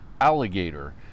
alligator